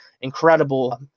incredible